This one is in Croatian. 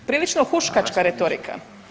Prilično huškačka retorika.